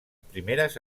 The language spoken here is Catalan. primeres